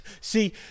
See